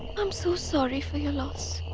i'm so sorry for your loss.